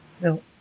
No